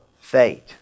fate